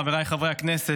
חבריי חברי הכנסת,